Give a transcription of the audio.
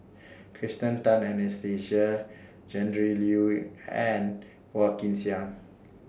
Kirsten Tan Anastasia Tjendri Liew and Phua Kin Siang